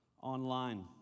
online